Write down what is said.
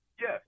Yes